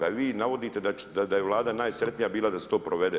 A vi navodite da je Vlada najsretnija bila da se to provede.